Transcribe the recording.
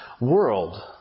world